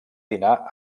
dinar